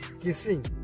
Kissing